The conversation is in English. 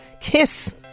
Kiss